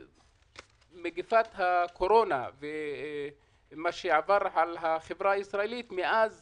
מגיפת הקורונה ומה שעבר על החברה הישראלית מאז